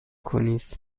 کنید